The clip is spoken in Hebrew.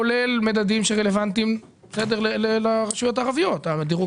כולל מדדים שרלוונטיים לרשויות הערביות: הדירוג